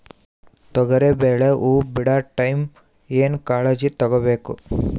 ತೊಗರಿಬೇಳೆ ಹೊವ ಬಿಡ ಟೈಮ್ ಏನ ಕಾಳಜಿ ತಗೋಬೇಕು?